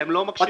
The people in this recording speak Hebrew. אתם לא מקשיבים.